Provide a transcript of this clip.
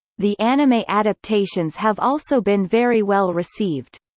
the anime adaptations have also been very well-received.